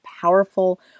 powerful